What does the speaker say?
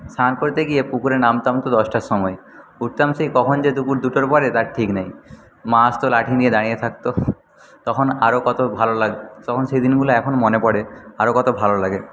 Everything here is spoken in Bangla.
স্নান করতে গিয়ে পুকুরে নামতাম তো দশটার সময় উঠতাম সেই কখন যে দুপুর দুটোর পরে তার ঠিক নেই মা আসতো লাঠি নিয়ে দাঁড়িয়ে থাকত তখন আরও কত ভালো লাগ তখন সে দিনগুলো এখন মনে পরে আরও কত ভালো লাগে